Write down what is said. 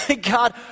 God